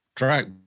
Right